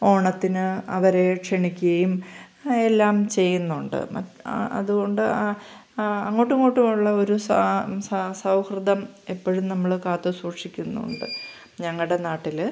ഓണത്തിന് അവരെ ക്ഷണിക്കുകയും എല്ലാം ചെയ്യുന്നുണ്ട് മറ്റ് അതുകൊണ്ട് ആ അങ്ങോട്ടും ഇങ്ങോട്ടുമുള്ള ഒരു സൗഹൃദം എപ്പോഴും നമ്മൾ കാത്തുസൂക്ഷിക്കുന്നുമുണ്ട് ഞങ്ങളുടെ നാട്ടിൽ